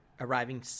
arriving